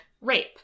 rape